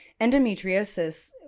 endometriosis